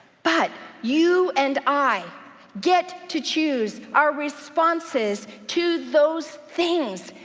but you and i get to choose our responses to those things.